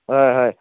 हय हय